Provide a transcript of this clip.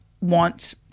want